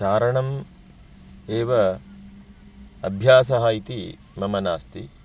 चारणम् एव अभ्यासः इति मम नास्ति